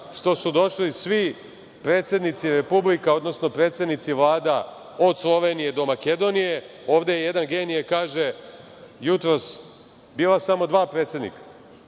što su došli svi predsednici republika, odnosno predsednici vlada od Slovenije do Makedonije. Ovde jedan genije kaže jutros – bila su samo dva predsednika.